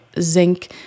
zinc